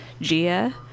Gia